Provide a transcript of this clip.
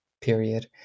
period